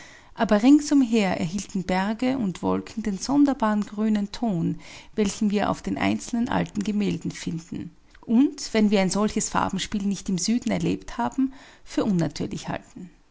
aber ringsumher erhielten berge und wolken den sonderbaren grünen ton welchen wir auf einzelnen alten gemälden finden und wenn wir ein solches farbenspiel nicht im süden erlebt haben für unnatürlich halten